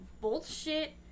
bullshit